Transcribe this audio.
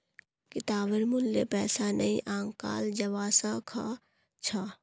किताबेर मूल्य पैसा नइ आंकाल जबा स ख छ